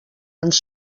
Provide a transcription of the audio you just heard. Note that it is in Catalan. ens